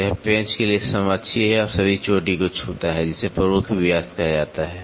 तो यह पेंच के लिए समाक्षीय है और सभी चोटी को छूता है जिसे प्रमुख व्यास कहा जाता है